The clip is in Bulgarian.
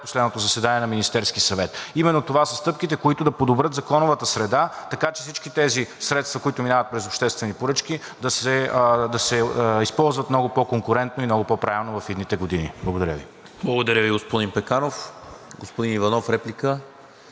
предпоследното заседание на Министерския съвет. Именно това са стъпките, които да подобрят законовата среда, така че всички тези средства, които минават през обществени поръчки, да се използват много по-конкурентно и много по-правилно в идните години. Благодаря Ви. ПРЕДСЕДАТЕЛ НИКОЛА МИНЧЕВ: Благодаря, господин Пеканов. Господин Иванов, реплика?